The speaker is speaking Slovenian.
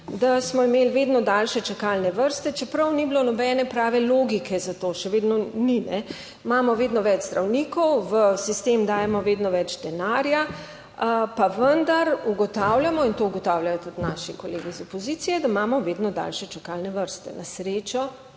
da smo imeli vedno daljše čakalne vrste, čeprav ni bilo nobene prave logike za to, še vedno ni. Imamo vedno več zdravnikov, v sistem dajemo vedno več denarja pa vendar ugotavljamo in to ugotavljajo tudi naši kolegi iz opozicije, da imamo vedno daljše čakalne vrste. Na srečo